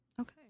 Okay